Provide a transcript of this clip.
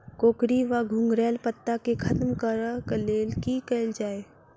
कोकरी वा घुंघरैल पत्ता केँ खत्म कऽर लेल की कैल जाय?